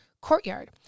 courtyard